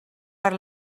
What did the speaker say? per